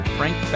Frank